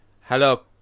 Hello